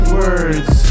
words